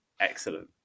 excellent